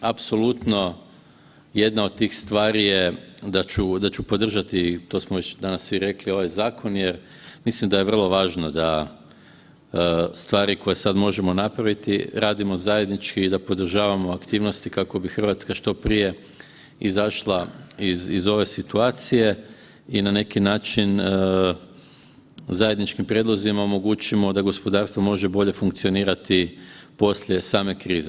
Apsolutno jedna od tih stvari je da ću, da ću podržati, to smo već danas svi rekli ovaj zakon jer mislim da je vrlo važno da stvari koje sad možemo napraviti radimo zajednički i da podržavamo aktivnosti kako bi RH što prije izašla iz, iz ove situacije i na neki način zajedničkim prijedlozima omogućimo da gospodarstvo može bolje funkcionirati poslije same krize.